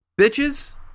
bitches